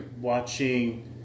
watching